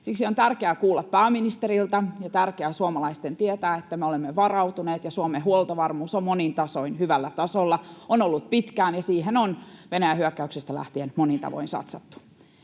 Siksi on tärkeää kuulla pääministeriltä, ja tärkeää suomalaisten tietää, että me olemme varautuneet ja Suomen huoltovarmuus on monin tavoin hyvällä tasolla, on ollut pitkään, ja siihen on Venäjän hyökkäyksestä lähtien monin tavoin satsattu.